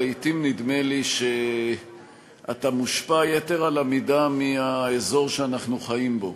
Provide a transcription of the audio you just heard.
לעתים נדמה לי שאתה מושפע יתר על המידה מהאזור שאנחנו חיים בו.